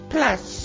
Plus